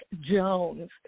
Jones